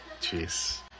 Jeez